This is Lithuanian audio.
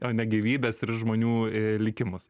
o ne gyvybes ir žmonių a likimus